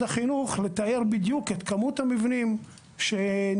החינוך לתאר בדיוק את כמות המבנים שנבדקו,